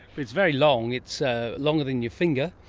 but it's very long, it's ah longer than your finger,